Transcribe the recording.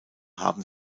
haben